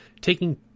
taking